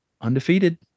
undefeated